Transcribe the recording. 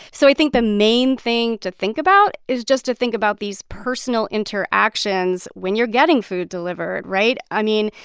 so i think the main thing to think about is just to think about these personal interactions when you're getting food delivered, right? i mean,